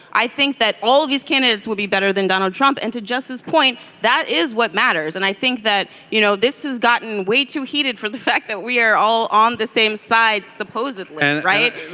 i think that all of these candidates would be better than donald trump and to just this point that is what matters and i think that you know this has gotten way too heated for the fact that we are all on the same side supposedly. right.